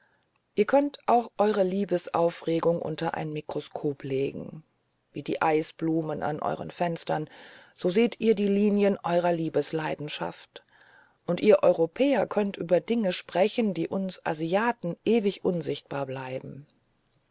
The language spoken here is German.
ihr könnt auch eure liebesaufregung unter ein mikroskop legen wie die eisblumen an euren fenstern so seht ihr die linien eurer liebesleidenschaft und ihr europäer könnt über dinge sprechen die uns asiaten ewig unsichtbar bleiben